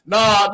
Nah